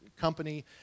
company